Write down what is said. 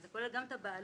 שזה כולל גם את הבעלות,